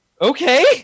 Okay